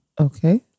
Okay